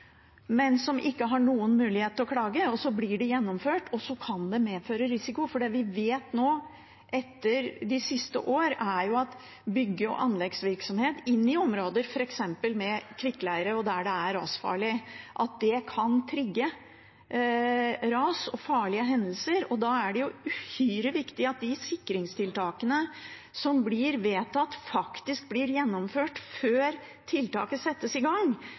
men som ikke har noen mulighet til å klage. Så blir det gjennomført, og det kan medføre risiko, for det vi vet nå etter de siste årene, er at bygg- og anleggsvirksomhet inne i områder med f.eks. kvikkleire og der det er rasfarlig, kan trigge ras og farlige hendelser. Da er det uhyre viktig at de sikringstiltakene som blir vedtatt, faktisk blir gjennomført før tiltaket settes i gang.